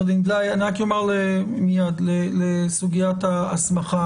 אני רק אומר לסוגיית ההסמכה